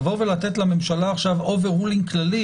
לתת לממשלה עכשיו אובר-רולינג כללי